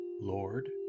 Lord